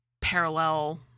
parallel